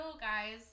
guys